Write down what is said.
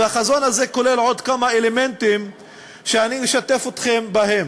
והחזון הזה כולל עוד כמה אלמנטים שאני משתף אתכם בהם: